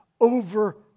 over